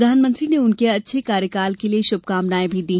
प्रधानमंत्री ने उनके अच्छे कार्यकाल के लिये भी शुभकामनाएं दी